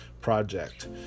project